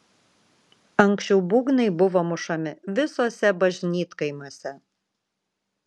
anksčiau būgnai buvo mušami visuose bažnytkaimiuose